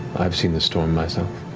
i've seen the storm myself.